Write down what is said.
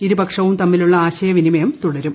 ഇരുപക്ഷവും തൃമ്മിലൂളള ആശയവിനിമയം തുടരും